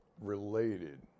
related